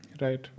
Right